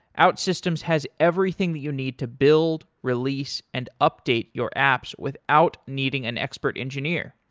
outsystems has everything that you need to build, release and update your apps without needing an expert engineer.